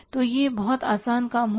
तो यह बहुत आसान काम होगा